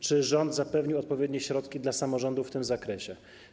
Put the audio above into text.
Czy rząd zapewni odpowiednie środki dla samorządów w tym zakresie?